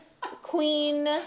queen